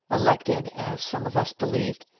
elected, as some of us believed,